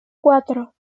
cuatro